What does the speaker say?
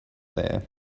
there